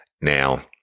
Now